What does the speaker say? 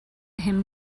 him